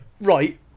Right